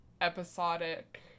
episodic